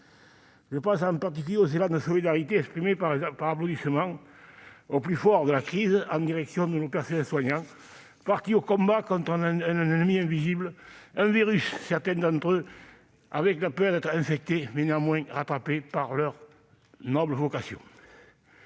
Je pense en particulier aux élans de solidarité exprimés par des applaudissements, au plus fort de la crise, en direction de nos personnels soignants partis au combat contre un ennemi invisible, un virus ; certains d'entre eux avaient peur d'être infectés, mais ont néanmoins servi leur noble vocation.